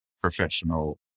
professional